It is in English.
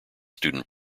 student